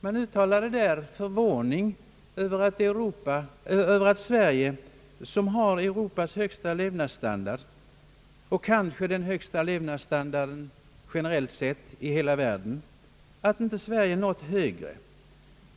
Man uttalade där förvåning över att Sverige — som har Europas högsta levnadsstandard och kanske den högsta levnadsstandarden generellt sett i hela världen — inte nått högre.